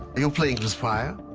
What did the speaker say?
you are playing with fire.